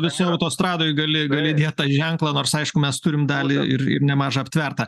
visi autostradoj gali gali dėl tą ženklą nors aišku mes turim dalį ir ir nemažą aptvertą